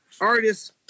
artists